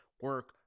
Work